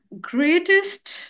greatest